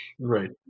right